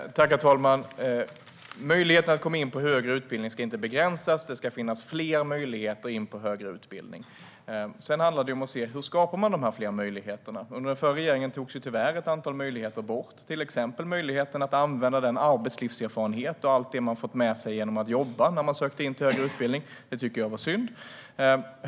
Herr talman! Möjligheten att komma in på högre utbildning ska inte begränsas. Det ska finnas fler möjligheter in på högre utbildning. Sedan handlar det om att se hur man skapar dessa möjligheter. Under den förra regeringen togs tyvärr ett antal möjligheter bort, till exempel möjligheten att använda den arbetslivserfarenhet och allt det man fått med sig genom att jobba när man sökte in till högre utbildning. Det tycker jag var synd.